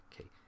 Okay